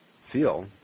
Feel